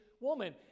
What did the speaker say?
woman